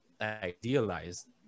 idealized